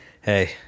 Hey